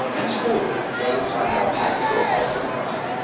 at school. james monroe high school also in the bronx.